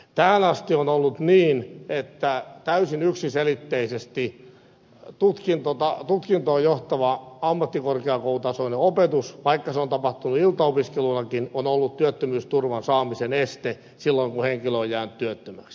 tähän asti on ollut niin että täysin yksiselitteisesti tutkintoon johtava ammattikorkeakoulutasoinen opetus vaikka se on tapahtunut iltaopiskelunakin on ollut työttömyysturvan saamisen este silloin kun henkilö on jäänyt työttömäksi